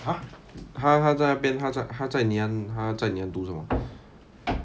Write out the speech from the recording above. !huh! 他他在那边他在他在 ngee ann 他在 ngee ann 读什么